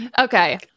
Okay